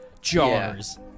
jars